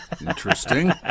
Interesting